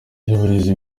ry’uburezi